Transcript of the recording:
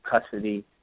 custody